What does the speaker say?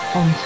on